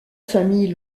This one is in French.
famille